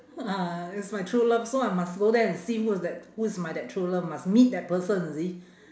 ah it's my true love so I must go there and see who's that who's my that true love must meet that person you see